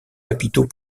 capitaux